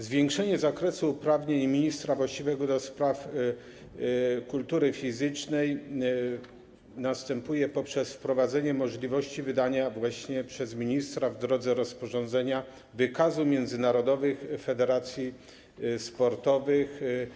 Zwiększenie zakresu uprawnień ministra właściwego do spraw kultury fizycznej następuje poprzez wprowadzenie możliwości wydania - właśnie przez ministra w drodze rozporządzenia - wykazu międzynarodowych federacji sportowych.